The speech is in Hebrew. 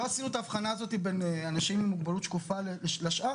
לא עשינו את ההבחנה הזאת בין אנשים עם מוגבלות שקופה לשאר,